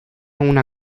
una